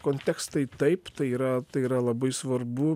kontekstai taip tai yra tai yra labai svarbu